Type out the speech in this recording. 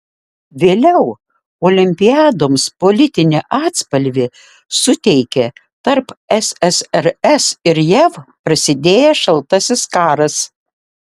vėliau olimpiadoms politinį atspalvį suteikė tarp ssrs ir jav prasidėjęs šaltasis karas